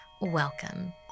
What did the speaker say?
welcome